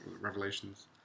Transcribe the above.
Revelations